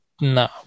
No